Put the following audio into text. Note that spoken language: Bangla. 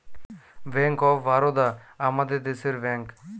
ব্যাঙ্ক অফ বারোদা আমাদের দেশের ব্যাঙ্ক